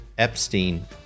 epstein